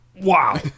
Wow